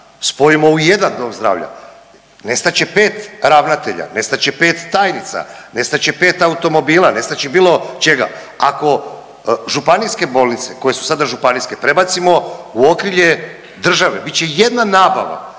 spojimo u jedan dom zdravlja nesta će 5 ravnatelja, nestat će 5 tajnica, nestat će 5 automobila, nestat će bilo čega. Ako županijske bolnice koje su sada županijske prebacimo u okrilje države bit će jedna nabava